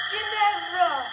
Ginevra